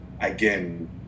again